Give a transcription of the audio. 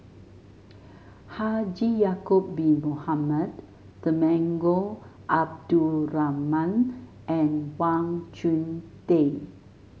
Haji Ya'acob Bin Mohamed Temenggong Abdul Rahman and Wang Chunde